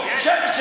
ואתם כמו עדר,